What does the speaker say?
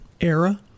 era